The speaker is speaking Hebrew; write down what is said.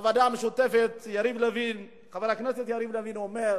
הוועדה המשותפת, חבר הכנסת יריב לוין, אומר,